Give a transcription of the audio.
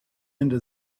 into